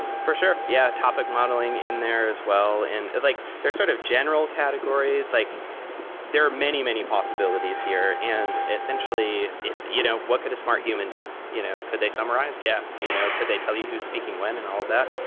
for sure. yeah, topic modeling in there as well. like, there're sort of general categories. like there are many, many possibilities here. and essentially, it's you know what could a smart human do? you know could they summarize? yeah. you know could they tell you who's speaking when and all of that?